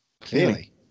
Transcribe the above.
clearly